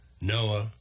Noah